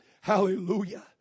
hallelujah